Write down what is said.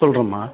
சொல்றேம்மா